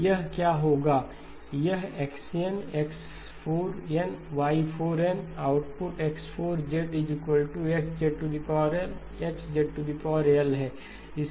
यह क्या होगा यह x n X4 nY4 n output Y4X H है